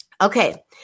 Okay